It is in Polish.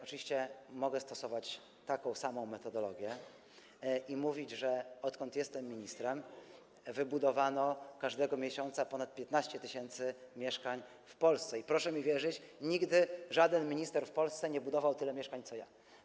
Oczywiście mogę stosować taką samą metodologię i mówić, że odkąd jestem ministrem, każdego miesiąca wybudowano ponad 15 tys. mieszkań w Polsce i, proszę mi wierzyć, nigdy żaden minister w Polsce nie wybudował tyle mieszkań, co ja.